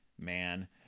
man